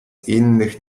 innych